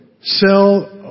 sell